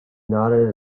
nodded